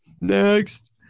Next